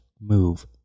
move